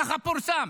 ככה פורסם.